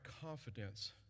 confidence